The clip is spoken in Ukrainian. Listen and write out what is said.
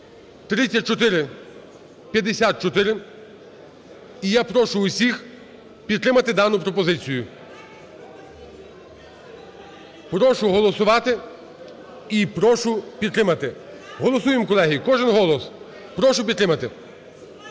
3454. І я прошу всіх підтримати дану пропозицію. Прошу голосувати і прошу підтримати. Голосуємо, колеги, кожен голос. Прошу підтримати.